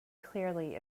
clearly